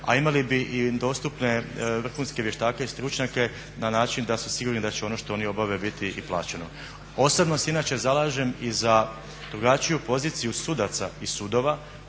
a imali bi i dostupne vrhunske vještake i stručnjake na način da smo sigurni da će ono što oni obave biti i plaćeno. Posebno se inače zalažem i za drugačiju poziciju sudaca i sudova